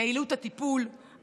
יעילות הטיפול,